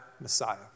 messiah